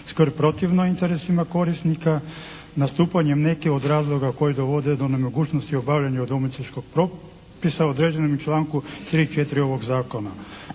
skrb protivno interesima korisnika, nastupanjem nekih od razloga koji dovode do nemogućnosti obavljanja udomiteljskog propisa određenom u članku 3. i 4. ovog zakona